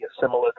similar